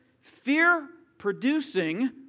fear-producing